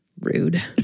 rude